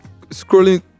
scrolling